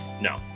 No